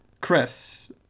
Chris